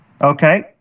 Okay